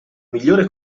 migliore